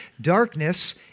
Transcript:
Darkness